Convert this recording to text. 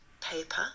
paper